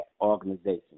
organization